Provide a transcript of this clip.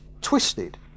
twisted